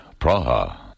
Praha